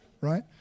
Right